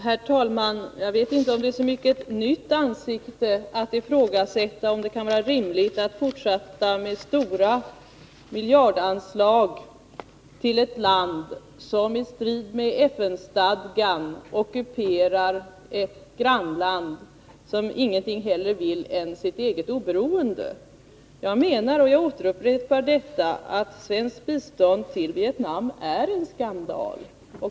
Herr talman! Jag vet inte om det är så mycket ett nytt ansikte att ifrågasätta om det kan vara rimligt att fortsätta med miljardanslag till ett land som i strid med FN-stadgan ockuperar ett grannland som ingenting hellre vill än sitt eget oberoende. Jag menar, och jag upprepar detta, att svenskt bistånd till Vietnam är en skandal.